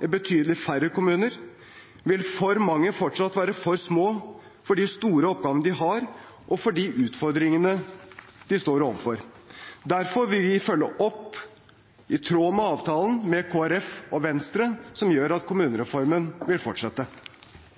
betydelig færre kommuner, vil for mange fortsatt være for små for de store oppgavene de har, og for de utfordringene de står overfor. Derfor vil vi følge opp i tråd med avtalen med Kristelig Folkeparti og Venstre, som gjør at kommunereformen vil fortsette.